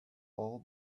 all